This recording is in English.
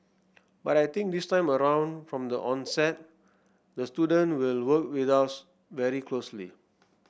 but I think this time around from the onset the student will work with us very closely